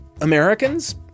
Americans